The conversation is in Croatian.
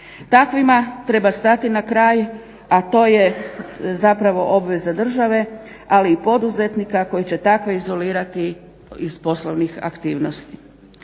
Takvima treba stati na kraj, a to je zapravo obveza države ali i poduzetnika koji će takve izolirati iz poslovnih aktivnosti.